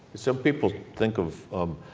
so people think of